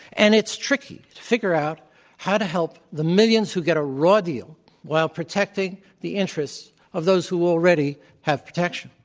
and it's tricky to figure out how to help the millions who get a raw deal while protecting the interests of those who already have protection.